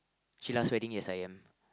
Sheila's wedding yes I am